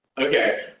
Okay